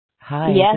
Hi